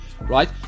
right